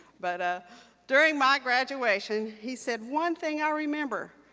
but during my graduation, he said, one thing i remember,